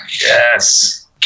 Yes